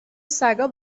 سگا